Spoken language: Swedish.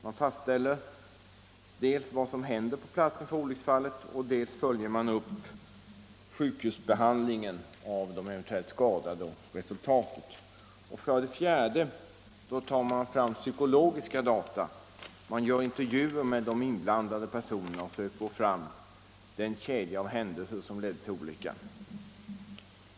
Dels fastställer man vad som hänt på platsen för olyckan, dels följer man upp sjukhusbehandlingen av eventuella skadade och resultatet av behandlingen. Dessutom tar kommissionen fram psykologiska data. Man gör intervjuer med de inblandade personerna och försöker få fram den kedja av händelser som ledde till olyckan.